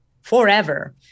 forever